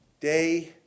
day